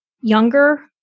younger